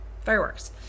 fireworks